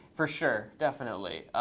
for sure, definitely.